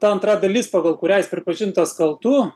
ta antra dalis pagal kurią jis pripažintas kaltu